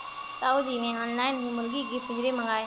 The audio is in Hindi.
ताऊ जी ने ऑनलाइन ही मुर्गी के पिंजरे मंगाए